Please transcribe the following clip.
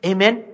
Amen